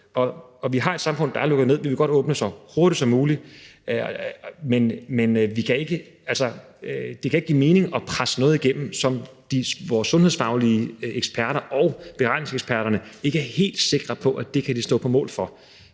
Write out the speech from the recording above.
at vi har et samfund, der er lukket ned. Vi vil godt åbne så hurtigt som muligt, men det kan ikke give mening at presse noget igennem, som vores sundhedsfaglige eksperter og beregningseksperterne ikke er helt sikre på de kan stå på mål for,